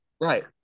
Right